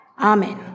Amen